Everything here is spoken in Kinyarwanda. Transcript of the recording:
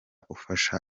ufasha